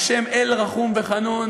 ה' אל רחום וחנון,